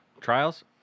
trials